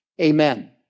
Amen